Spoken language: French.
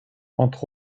entre